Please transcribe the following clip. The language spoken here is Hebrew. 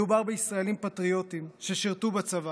מדובר בישראלים פטריוטים ששירתו בצבא,